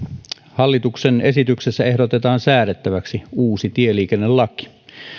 hallituksen esityksessä ehdotetaan säädettäväksi uusi tieliikennelaki